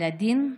על הדין,